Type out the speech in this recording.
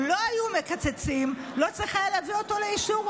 אם לא היו מקצצים לא היה צריך להביא אותו לאישור,